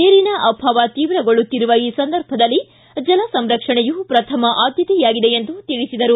ನೀರಿನ ಅಭಾವ ತೀವ್ರಗೊಳ್ಳುತ್ತಿರುವ ಈ ಸಂದರ್ಭದಲ್ಲಿ ಜಲ ಸಂರಕ್ಷಣೆಯು ಪ್ರಥಮ ಆದ್ದತೆ ಆಗಿದೆ ಎಂದು ತಿಳಿಸಿದರು